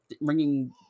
ringing